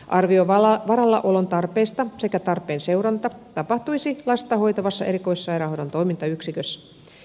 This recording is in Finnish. arvio varallaolon tarpeesta sekä tarpeen seuranta tapahtuisi lasta hoitavassa erikoissairaanhoidon toimintayksikössä